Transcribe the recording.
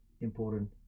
important